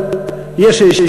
אבל יש איזו,